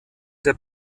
der